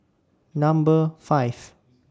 Number five